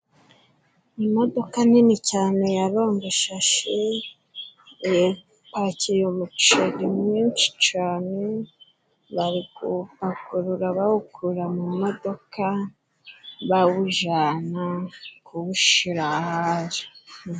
Imodoka nini cyane ya rongeshashe, ipakiye umuceri mwinshi cane, bari kuwupakurura bawukura mu modoka, bawujana kuwushira ahandi.